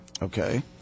Okay